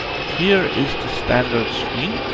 here is the standard screen.